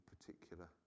particular